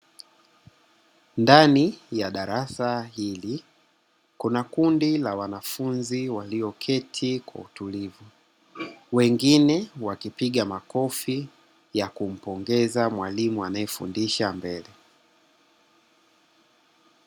Ndani ya darasa hili kuna kundi la wanafunzi waliyoketi kwa utulivu wengine wakipiga makofi ya kumpongeza mwalimu anayefundisha mbele.